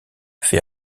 fait